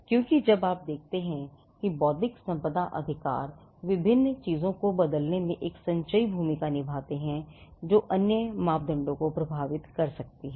क्योंकि जब आप देखते हैं कि बौद्धिक संपदा अधिकार विभिन्न चीजों को बदलने में एक संचयी भूमिका निभाते हैं जो अन्य मापदंडों को भी प्रभावित कर सकते हैं